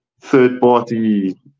third-party